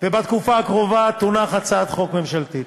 בתקופה הקרובה תונח הצעת חוק ממשלתית.